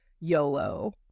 YOLO